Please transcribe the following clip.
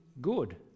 good